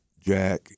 Jack